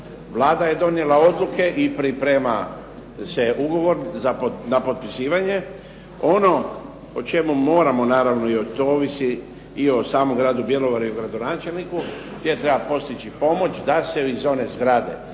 Vlada je donijela odluke i priprema se ugovor na potpisivanje. Ono o čemu moramo naravno jer to ovisi i o samom gradu Bjelovaru i o gradonačelniku je postići pomoć da se iz one zgrade